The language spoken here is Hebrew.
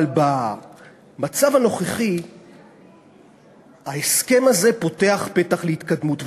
אבל במצב הנוכחי ההסכם הזה פותח פתח להתקדמות.